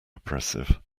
oppressive